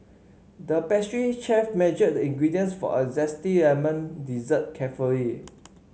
the pastry chef measured the ingredients for a zesty lemon dessert carefully